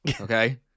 okay